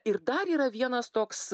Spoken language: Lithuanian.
ir dar yra vienas toks